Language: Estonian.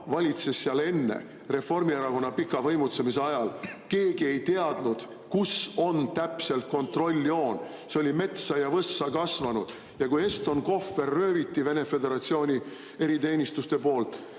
valitses enne, Reformierakonna pika võimutsemise ajal. Keegi ei teadnud, kus täpselt on kontrolljoon, sest see oli metsa ja võssa kasvanud. Ja kui Eston Kohver rööviti Vene Föderatsiooni eriteenistuste poolt,